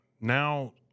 Now